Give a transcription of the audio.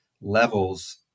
levels